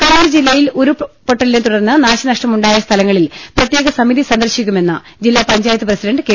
കണ്ണൂർ ജില്ലയിൽ ഉരുൾപൊട്ടലിനെതുടർന്ന് നാശനഷ്ടമുണ്ടായ സ്ഥലങ്ങളിൽ പ്രത്യേക സമിതി സന്ദർശിക്കുമെന്ന് ജില്ലാ പഞ്ചായത്ത് പ്രസിഡന്റ് കെ